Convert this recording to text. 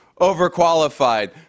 overqualified